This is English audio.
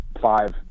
five